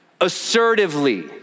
Assertively